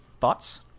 thoughts